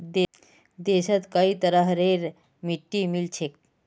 देशत कई तरहरेर मिट्टी मिल छेक